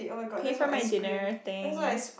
pay for my dinner thanks